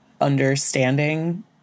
understanding